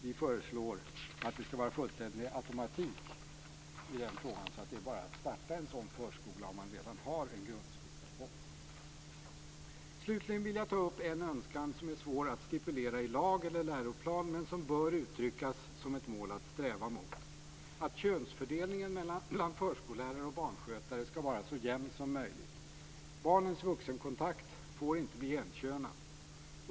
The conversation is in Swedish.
Vi föreslår att det skall vara en fullständig automatik i den frågan, så att det bara är att starta en sådan förskola om man redan har en grundskola. Slutligen vill jag ta upp en önskan som är svår att stipulera i lag eller läroplan men som bör uttryckas som ett mål att sträva mot: att könsfördelningen mellan förskollärare och barnskötare skall vara så jämn som möjligt. Barnens vuxenkontakt får inte bli enkönad.